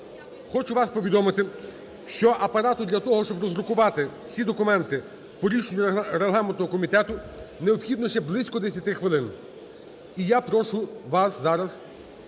хочу вас повідомити, що Апарату для того, щоб роздрукувати всі документи по рішенню регламентного комітету, необхідно ще близько 10 хвилин. І я прошу вас зараз